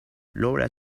laura